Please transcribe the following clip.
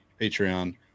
Patreon